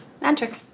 magic